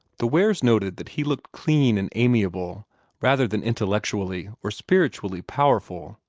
the wares noted that he looked clean and amiable rather than intellectually or spiritually powerful,